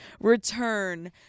return